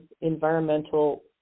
environmental